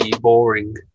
boring